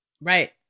Right